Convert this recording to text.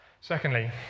Secondly